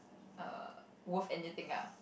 err worth anything ah